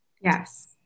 Yes